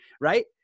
right